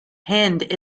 hind